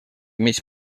mig